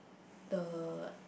the